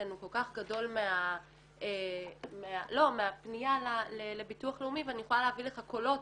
אצלנו כל כך גדול מהפניה לביטוח לאומי ואני יכולה להביא לך קולות